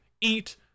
eat